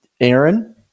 Aaron